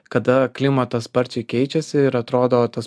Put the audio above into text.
kada klimatas sparčiai keičiasi ir atrodo tas